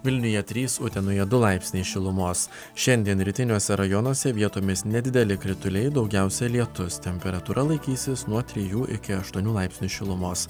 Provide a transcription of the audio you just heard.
vilniuje trys utenoje du laipsniai šilumos šiandien rytiniuose rajonuose vietomis nedideli krituliai daugiausia lietus temperatūra laikysis nuo trijų iki aštuonių laipsnių šilumos